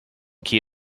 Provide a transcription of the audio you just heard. key